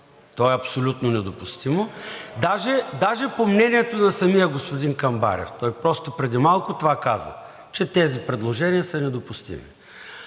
То е абсолютно недопустимо. Даже по мнението на господин Камбарев. Той просто преди малко това каза – че тези предложения са недопустими.